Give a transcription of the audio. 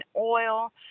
oil